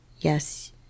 yes